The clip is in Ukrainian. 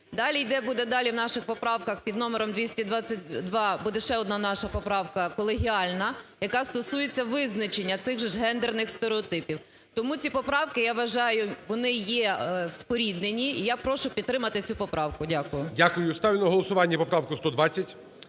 Далі йде… буде далі в наших поправках під номером 222 буде ще одна наша поправка колегіальна, яка стосується визначення цих же ж гендерних стереотипів. Тому ці поправки, я вважаю, вони є споріднені, і я прошу підтримати цю поправку. Дякую. Веде засідання Голова